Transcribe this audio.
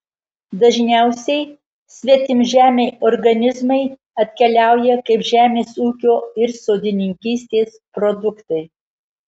dažniausiai svetimžemiai organizmai atkeliauja kaip žemės ūkio ir sodininkystės produktai